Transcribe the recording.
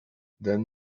then